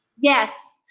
yes